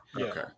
Okay